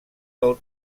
del